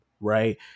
right